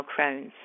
Crohn's